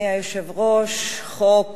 אדוני היושב-ראש, חוק